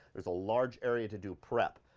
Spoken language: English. there's a large area to do prep.